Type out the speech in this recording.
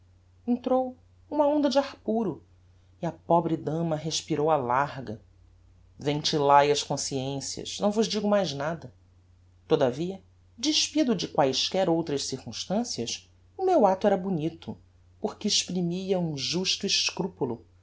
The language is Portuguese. entrou uma onda de ar puro e a pobre dama respirou á larga ventilae as consciências não vos digo mais nada todavia despido de quaesquer outras circumstancias o meu acto era bonito porque exprimia um justo escrupulo